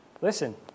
Listen